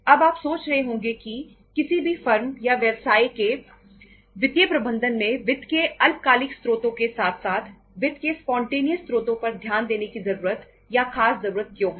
अब आप सोच रहे होंगे कि किसी भी फर्म या व्यवसाय के वित्तीय प्रबंधन में वित्त के अल्पकालिक स्रोतों के साथ साथ वित्त के स्पॉन्टेनियस स्रोतों पर ध्यान देने की खास जरूरत क्यों है